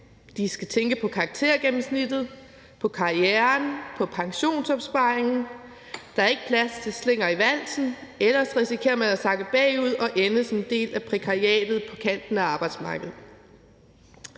de skal tænke på karaktergennemsnittet, på karrieren, på pensionsopsparingen, der er ikke plads til slinger i valsen, for ellers risikerer man at sakke bagud og ende som en del af prekariatet på kanten af arbejdsmarkedet.